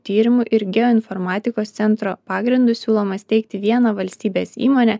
tyrimų ir geoinformatikos centro pagrindu siūloma steigti vieną valstybės įmonę